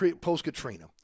post-Katrina